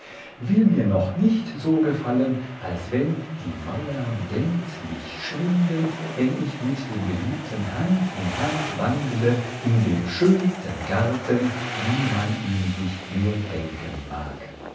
will mir noch nicht so gefallen als wenn die mauern gänzlich schwinden wenn ich mit dem geliebten hand in hand wandle in dem schönsten garten wie man ihn sich nur denken mag